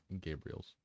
Gabriel's